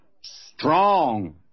strong